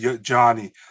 Johnny